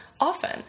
often